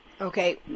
Okay